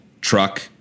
truck